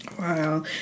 Wow